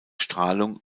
strahlung